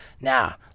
Now